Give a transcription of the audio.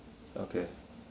okay